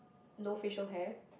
no facial hair